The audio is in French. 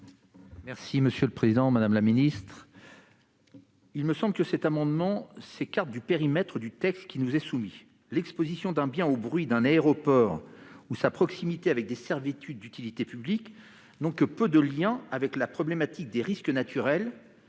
Quel est l'avis de la commission ? Cet amendement me semble s'écarter du périmètre du texte qui nous est soumis. L'exposition d'un bien au bruit d'un aéroport ou sa proximité avec des servitudes d'utilité publique n'ont que peu de lien avec la problématique des risques naturels